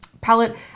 palette